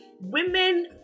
women